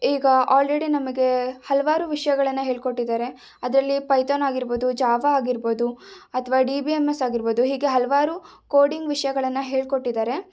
ಈಗ ಆಲ್ರೆಡಿ ನಮಗೆ ಹಲವಾರು ವಿಷಯಗಳನ್ನು ಹೇಳ್ಕೊಟ್ಟಿದ್ದಾರೆ ಅದರಲ್ಲಿ ಪೈಥಾನ್ ಆಗಿರ್ಬೋದು ಜಾವಾ ಆಗಿರ್ಬೋದು ಅಥವಾ ಡಿ ಬಿ ಎಂ ಎಸ್ ಆಗಿರ್ಬೋದು ಹೀಗೆ ಹಲವಾರು ಕೋಡಿಂಗ್ ವಿಷಯಗಳನ್ನು ಹೇಳ್ಕೊಟ್ಟಿದ್ದಾರೆ